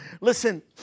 listen